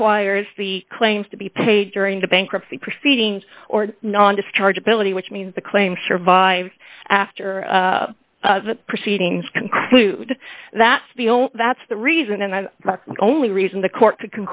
requires the claims to be paid during the bankruptcy proceedings or not on discharge ability which means the claim survived after the proceedings conclude that the old that's the reason and i only reason the court